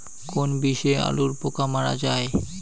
কোন বিষে আলুর পোকা মারা যায়?